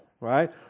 Right